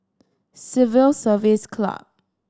Civil Service Club